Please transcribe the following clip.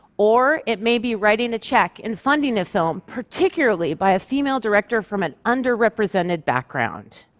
or it may be writing a check and funding a film, particularly by a female director from an underrepresented background.